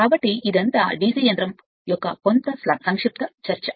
కాబట్టి తదుపరిది ఇవన్నీ DC యంత్రం యొక్క కొంత సంక్షిప్త చర్చ